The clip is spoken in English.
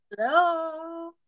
Hello